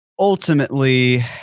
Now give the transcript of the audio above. Ultimately